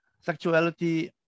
Sexuality